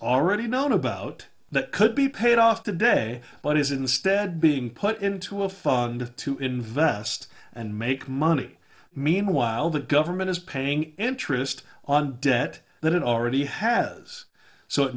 already known about that could be paid off today but is instead being put into a fund to invest and make money meanwhile the government is paying interest on debt that it already has so it